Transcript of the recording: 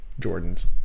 Jordans